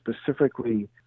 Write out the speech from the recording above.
specifically